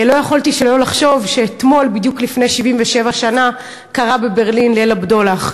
לא יכולתי שלא לחשוב שבדיוק אתמול לפני 77 שנה היה בברלין "ליל הבדולח".